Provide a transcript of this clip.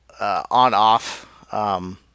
on-off